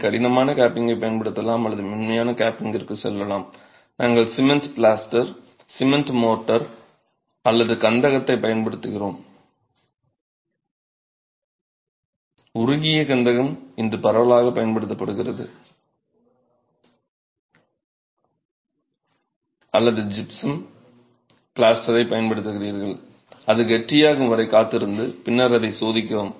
நீங்கள் கடினமான கேப்பிங்கைப் பயன்படுத்தலாம் அல்லது மென்மையான கேப்பிங்கிற்குச் செல்லலாம் நாங்கள் சிமென்ட் பிளாஸ்டர் சிமென்ட் மோர்ட்டார் அல்லது கந்தகத்தைப் பயன்படுத்துகிறோம் உருகிய கந்தகம் இன்று பரவலாகப் பயன்படுத்தப்படுகிறது அல்லது ஜிப்சம் பிளாஸ்டரைப் பயன்படுத்துகிறீர்கள் அது கெட்டியாகும் வரை காத்திருந்து பின்னர் அதைச் சோதிக்கவும்